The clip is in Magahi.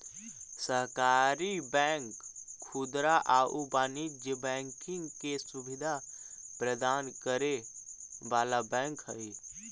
सहकारी बैंक खुदरा आउ वाणिज्यिक बैंकिंग के सुविधा प्रदान करे वाला बैंक हइ